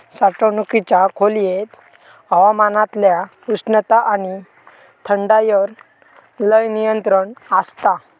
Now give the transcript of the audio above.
साठवणुकीच्या खोलयेत हवामानातल्या उष्णता आणि थंडायर लय नियंत्रण आसता